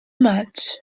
much